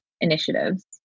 initiatives